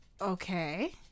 Okay